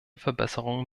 verbesserungen